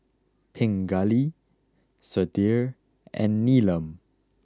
Pingali Sudhir and Neelam